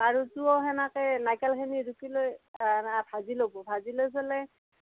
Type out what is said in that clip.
লাৰুটোৱো সেনাকে নাৰিকলখিনি ৰুকি লৈ ভাজি লব ভাজি লৈ ফেলে